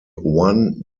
one